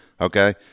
Okay